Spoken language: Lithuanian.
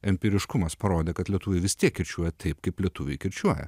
empiriškumas parodė kad lietuviai vis tiek kirčiuoti taip kaip lietuviai kirčiuoja